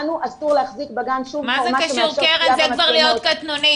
לנו אסור להחזיק בגן שום --- שמושך צפייה במצלמות.